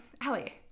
Allie